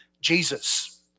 Jesus